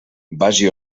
vagi